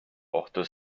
ohtu